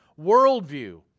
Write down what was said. worldview